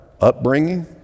upbringing